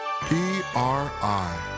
PRI